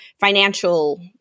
financial